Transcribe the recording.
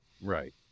Right